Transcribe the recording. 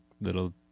little